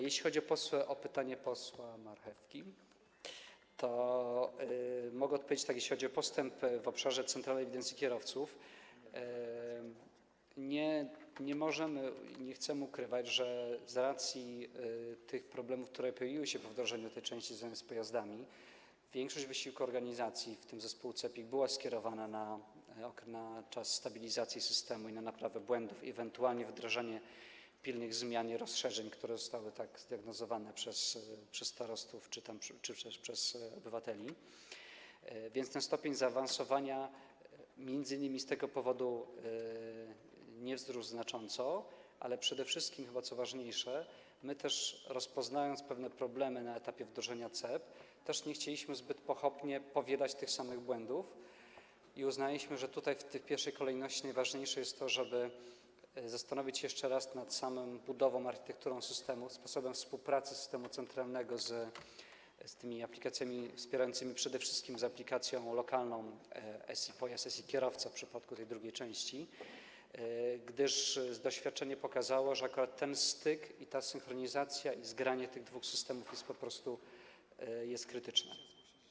Jeśli chodzi o pytanie posła Marchewki, to mogę odpowiedzieć tak: jeśli chodzi o postęp w obszarze centralnej ewidencji kierowców, to nie możemy i nie chcemy ukrywać, że z racji tych problemów, które pojawiły się po wdrożeniu tej części związanej z pojazdami, większość wysiłków organizacji, w tym zespołu CEPiK, była skierowana na czas stabilizacji systemu i na naprawę błędów, ewentualnie wdrażanie pilnych zmian i rozszerzeń, które tak zostały zdiagnozowane przez starostów czy przez obywateli, więc ten stopień zaawansowania, m.in. z tego powodu, nie wzrósł znacząco, ale przede wszystkim, co chyba ważniejsze, my też, rozpoznając pewne problemy na etapie wdrożenia CEP, nie chcieliśmy zbyt pochopnie powielać tych samych błędów i uznaliśmy, że w tej pierwszej kolejności najważniejsze jest to, żeby zastanowić się jeszcze raz nad samą budową, architekturą systemu, nad sposobem współpracy systemu centralnego z tymi aplikacjami wspierającymi, przede wszystkim z aplikacjami lokalnymi SI Pojazd i SI Kierowca w przypadku tej drugiej części, gdyż doświadczenie pokazało, że akurat ten styk, ta synchronizacja i zgranie tych dwóch systemów są po prostu krytyczne.